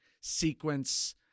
sequence